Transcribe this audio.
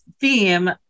theme